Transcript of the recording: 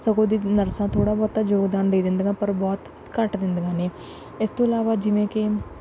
ਸਗੋਂ ਉਹਦੀ ਨਰਸਾਂ ਥੋੜ੍ਹਾ ਬਹੁਤਾ ਯੋਗਦਾਨ ਦੇ ਦਿੰਦੀਆਂ ਪਰ ਬਹੁਤ ਘੱਟ ਦਿੰਦੀਆਂ ਨੇ ਇਸ ਤੋਂ ਇਲਾਵਾ ਜਿਵੇਂ ਕਿ